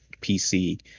PC